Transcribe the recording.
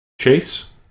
Chase